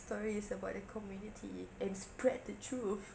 stories about the community and spread the truth